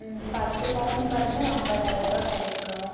ம் பத்து பவுனுக்கு வந்து ஐம்பதாயிருவா கிடைக்கும்